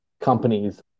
companies